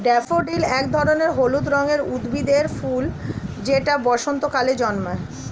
daffodil এক ধরনের হলুদ রঙের উদ্ভিদের ফুল যেটা বসন্তকালে জন্মায়